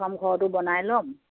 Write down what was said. প্ৰথম ঘৰটো বনাই ল'ম